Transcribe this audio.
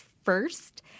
first